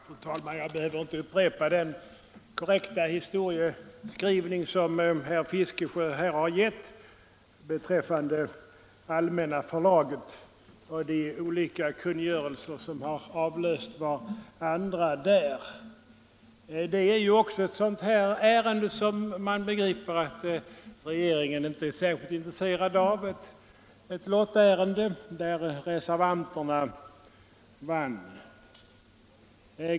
Fru talman! Jag behöver inte upprepa den korrekta historieskrivning som herr Fiskesjö här har gett beträffande Allmänna Förlaget och de olika kungörelser som har avlöst varandra därvidlag. Detta är ett sådant ärende som jag begriper att regeringen inte är särskilt intresserad av — ett lottärende där reservanterna vann.